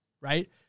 right